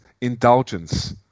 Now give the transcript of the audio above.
indulgence